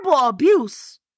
abuse